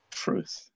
truth